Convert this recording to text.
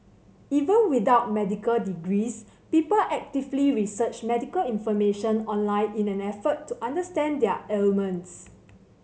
even without medical degrees people actively research medical information online in an effort to understand their ailments